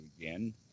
again